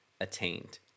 attained